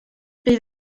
bydd